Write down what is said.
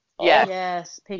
Yes